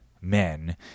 men